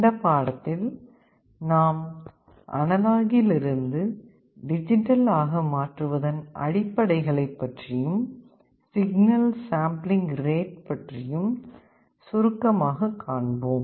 இந்தப் பாடத்தில் நாம் அனலாக்கில் இருந்து டிஜிட்டல் ஆக மாற்றுவதன் அடிப்படைகளைப் பற்றியும் சிக்னல் சாம்பிளிங் ரேட் பற்றியும் சுருக்கமாக காண்போம்